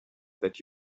that